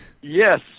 Yes